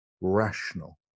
rational